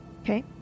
Okay